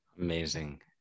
Amazing